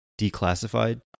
Declassified